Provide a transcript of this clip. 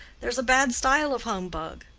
there's a bad style of humbug,